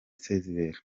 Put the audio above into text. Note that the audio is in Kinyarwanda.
sezibera